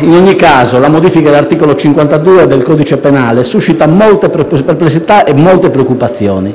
In ogni caso, la modifica dell'articolo 52 del codice penale suscita molte perplessità e molte preoccupazioni.